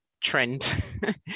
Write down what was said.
trend